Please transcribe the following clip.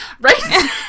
Right